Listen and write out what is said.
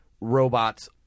robots